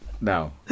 No